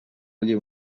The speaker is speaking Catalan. bullir